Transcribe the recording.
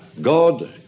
God